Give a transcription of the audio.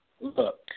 Look